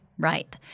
Right